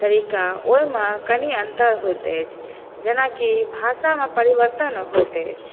तरीका ओहिमे कनि अन्तर होइत अछि जेनाकि भाषामे परिवर्तन होइत अछि